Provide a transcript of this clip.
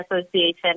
Association